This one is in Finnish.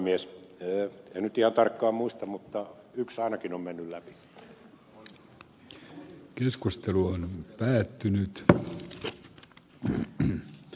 en nyt ihan tarkkaan muista mutta yksi ainakin on mennyt läpi